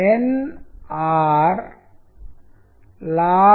ఇక్కడ మీకు చిత్రం ఉంది ఇది మొదటి శీర్షిక